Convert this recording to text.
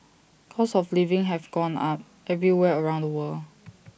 costs of living have gone up everywhere around the world